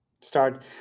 start